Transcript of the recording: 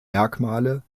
merkmale